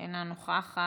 אינה נוכחת.